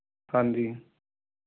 ਹਾਂਜੀ